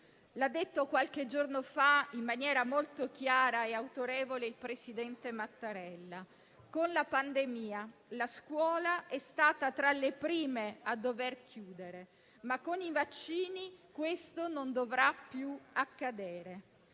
ha detto qualche giorno fa in maniera molto chiara e autorevole il presidente Mattarella, con la pandemia la scuola è stata tra le prime a dover chiudere, ma con i vaccini questo non dovrà più accadere.